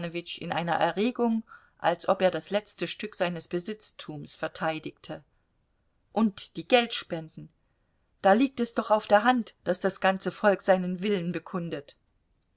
in einer erregung als ob er das letzte stück seines besitztums verteidigte und die geldspenden da liegt es doch auf der hand daß das ganze volk seinen willen bekundet